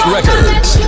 Records